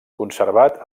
conservat